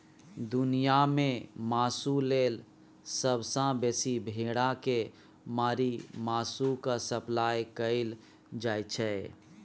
दुनियाँ मे मासु लेल सबसँ बेसी भेड़ा केँ मारि मासुक सप्लाई कएल जाइ छै